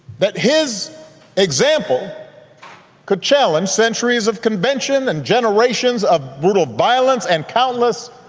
that his example could challenge centuries of convention and generations of brutal violence and countless